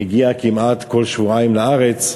מגיע כמעט כל שבועיים לארץ,